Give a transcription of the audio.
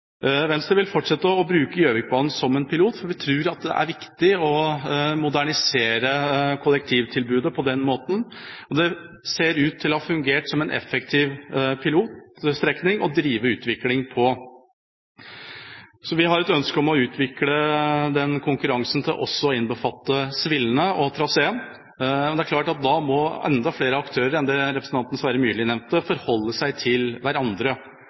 Venstre vil fortsette med å bruke Gjøvikbanen som en pilot, for vi tror at det er viktig å modernisere kollektivtilbudet på den måten, og det ser ut til å ha fungert som en effektiv pilotstrekning å drive utvikling på. Så vi har et ønske om å utvikle konkurransen til også å innbefatte svillene og traseen. Det er klart at da må enda flere aktører enn dem representanten Sverre Myrli nevnte, forholde seg til hverandre.